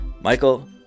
Michael